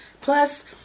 Plus